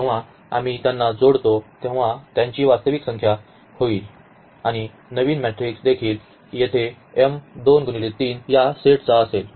जेव्हा आम्ही त्यांना जोडतो तेव्हा त्यांची वास्तविक संख्या होईल आणि नवीन मॅट्रिक्स देखील येथे या सेटचा असेल